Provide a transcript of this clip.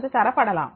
அது தரப்படலாம்